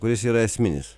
kuris yra esminis